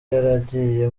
yaragiye